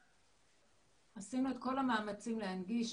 עשינו את כל המאמצים להנגיש.